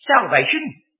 salvation